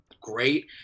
great